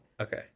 Okay